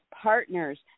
partners